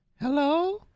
Hello